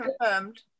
confirmed